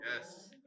Yes